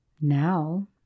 Now